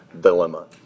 dilemma